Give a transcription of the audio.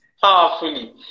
powerfully